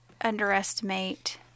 underestimate